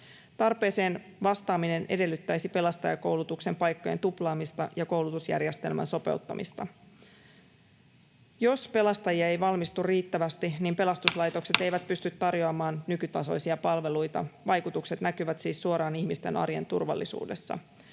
Tarpeeseen vastaaminen edellyttäisi pelastajakoulutuksen paikkojen tuplaamista ja koulutusjärjestelmän sopeuttamista. Jos pelastajia ei valmistu riittävästi, niin pelastuslaitokset eivät pysty tarjoamaan nykytasoisia palveluita. Vaikutukset näkyvät siis suoraan ihmisten arjen turvallisuudessa.